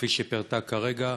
כפי שפירטה כרגע,